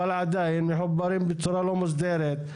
אבל עדיין מחוברים בצורה לא מוסדרת.